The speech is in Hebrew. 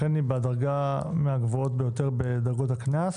לכן היא בדרגה מהגבוהות ביותר בדרגות הקנס.